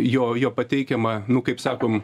jo jo pateikiamą nu kaip sakom